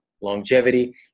longevity